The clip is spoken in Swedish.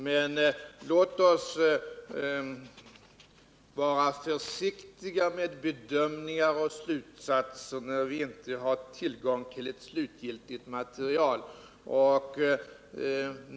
Men låt oss vara försiktiga med bedömningar och slutsatser innan vi har tillgång till ett slutgiltigt material.